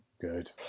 good